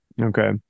Okay